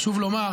חשוב לומר,